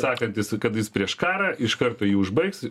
sakantis kad jis prieš karą iš karto jį užbaigs